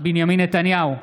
בנימין נתניהו,